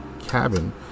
cabin